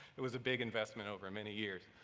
it was a big investment over many years.